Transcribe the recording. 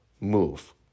move